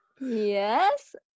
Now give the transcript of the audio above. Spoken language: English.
Yes